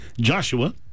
Joshua